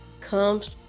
comes